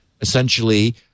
essentially